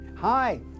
Hi